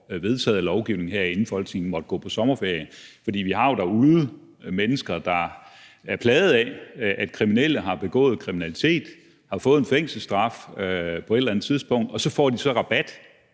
vedtaget lovgivning, inden Folketinget måtte gå på sommerferie. For vi har jo mennesker derude, der er plaget af, at kriminelle har begået kriminalitet, har fået en fængselsstraf på et eller andet tidspunkt, og at de så får en rabat,